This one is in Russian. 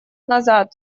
назад